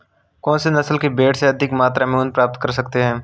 कौनसी नस्ल की भेड़ से अधिक मात्रा में ऊन प्राप्त कर सकते हैं?